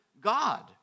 God